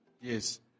Yes